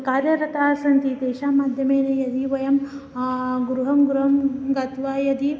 कार्यरतास्सन्ति तेषां माध्यमेन यदि वयं गृहं गृहं गत्वा यदि